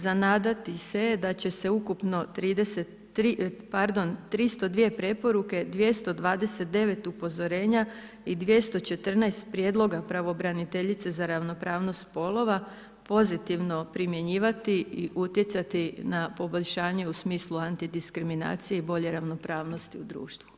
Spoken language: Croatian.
Za nadati se je da će se ukupno 302 preporuke, 229 upozorenja i 214 prijedloga pravobraniteljice za ravnopravnost spolova pozitivno primjenjivati i utjecati na poboljšanje u smislu antidiskriminacije i bolje ravnopravnosti u društvu.